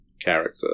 character